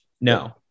No